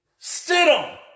Stidham